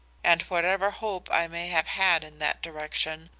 and whatever hope i may have had in that direction,